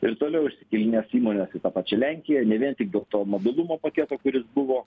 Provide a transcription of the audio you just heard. ir toliau išsikėlinės įmonės į tą pačią lenkiją ne vien tik dėl to mobilumo paketo kuris buvo